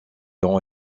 ont